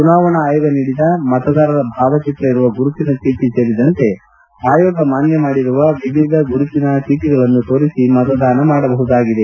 ಚುನಾವಣಾ ಆಯೋಗ ನೀಡಿದ ಮತದಾರರ ಭಾವಚಿತ್ರ ಇರುವ ಗುರುತಿನ ಚೀಟ ಸೇರಿದಂತೆ ಆಯೋಗ ಮಾನ್ಯ ಮಾಡಿರುವ ವಿವಿಧ ಗುರುತಿನ ಚೀಟಗಳನ್ನು ತೋರಿಸಿ ಮತದಾನ ಮಾಡಬಹುದಾಗಿದೆ